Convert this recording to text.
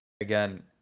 again